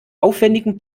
aufwendigen